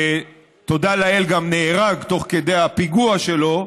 ותודה לאל, גם נהרג תוך כדי הפיגוע שלו,